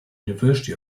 university